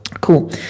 Cool